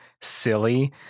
silly